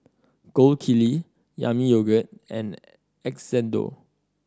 Gold Kili Yami Yogurt and Xndo